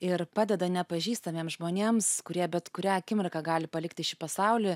ir padeda nepažįstamiem žmonėms kurie bet kurią akimirką gali palikti šį pasaulį